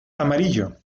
amarillo